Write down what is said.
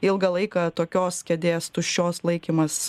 ilgą laiką tokios kėdės tuščios laikymas